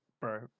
bro